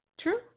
True